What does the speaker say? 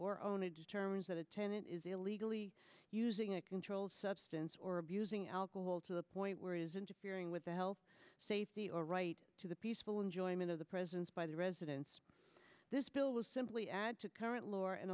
or only determines that a tenant is illegally using a controlled substance or abusing alcohol to the point where it is interfering with the health safety or right to the peaceful enjoyment of the presence by the residents this bill was simply add to current lore and